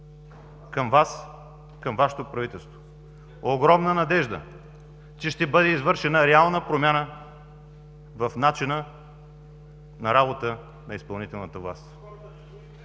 към Вас, към Вашето правителство, огромна надежда, че ще бъде извършена реална промяна в начина на работа на изпълнителната власт.